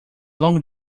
long